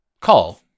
Call